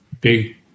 big